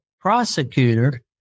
prosecutor